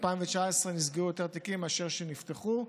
ב-2019 נסגרו יותר תיקים מאשר נפתחו.